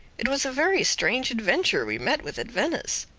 it was a very strange adventure we met with at venice.